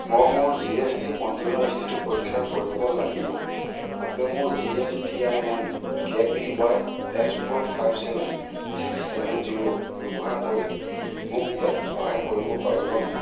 মই মোৰ G S T পঞ্জীয়নৰ স্থিতি পৰীক্ষা কৰিব লাগিব আপুনি মোৰ G S T I N K P Y S four five seven six seven zero ব্যৱহাৰ কৰি মোক ইয়াত সহায় কৰিব পাৰিবনে